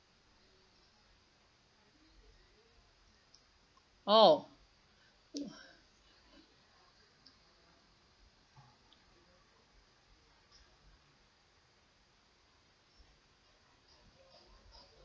oh